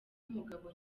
umugabo